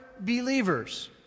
believers